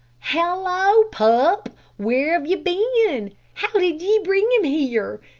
hallo, pup! where have ye bin. how did ye bring him here?